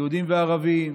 יהודים וערבים,